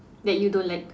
that you don't like